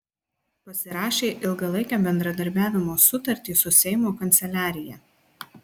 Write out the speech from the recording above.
pasirašė ilgalaikę bendradarbiavimo sutartį su seimo kanceliarija